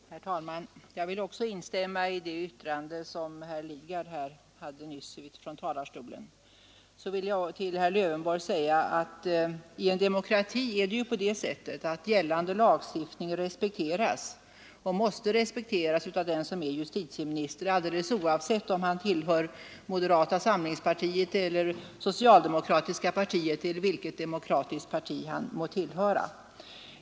Herr talman! Jag vill också instämma i det uttalande som herr Lidgard nyss gjorde från talarstolen. Så vill jag till herr Lövenborg säga att i en demokrati är det på det sättet att gällande lagstiftning respekteras och måste respekteras av den som är justitieminister, alldeles oavsett om han tillhör moderata samlingspartiet, socialdemokratiska partiet eller något annat demokratiskt parti.